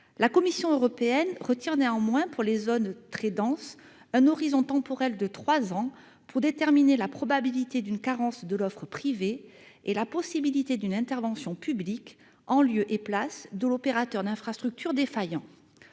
La Commission européenne retient néanmoins, pour les ZTD, un horizon temporel de trois ans afin d'estimer la probabilité d'une carence de l'offre privée et la possibilité d'une intervention publique, en lieu et place de l'opérateur d'infrastructures défaillant.